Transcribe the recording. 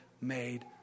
made